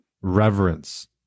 reverence